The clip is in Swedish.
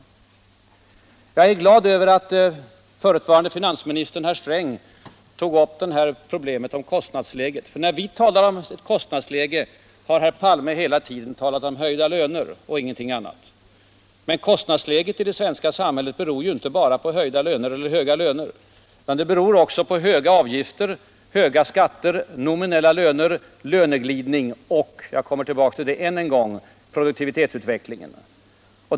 Jag är glad över att förutvarande finansministern, herr Sträng, tog upp problemet med kostnadsläget, för när vi talar om kostnadsläge har herr Palme hela tiden talat om höjda löner och ingenting annat. Men kostnadsläget i det svenska samhället beror ju inte bara på höga löner, utan det beror också på höga avgifter, höga skatter, nominella löner, löneglidning och — jag kommer tillbaka till det än en gång — produktivitetsutvecklingen.